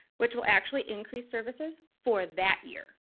which will actually increase services for that year.